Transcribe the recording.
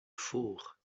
faure